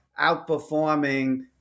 outperforming